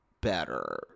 better